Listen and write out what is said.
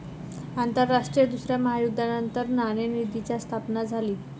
आंतरराष्ट्रीय दुसऱ्या महायुद्धानंतर नाणेनिधीची स्थापना झाली